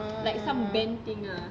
oh